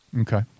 Okay